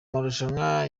marushanwa